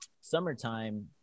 summertime